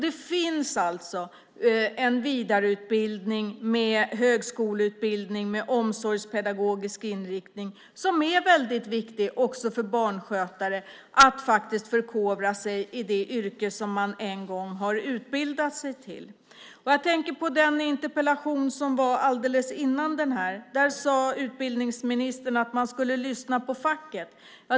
Det finns alltså en vidareutbildning, en högskoleutbildning med omsorgspedagogisk inriktning, som är väldigt viktig för att barnskötare ska kunna förkovra sig i det yrke som de en gång har utbildat sig till. Jag tänker på den interpellationsdebatt som var alldeles före den här. Där sade utbildningsministern att man skulle lyssna på facket.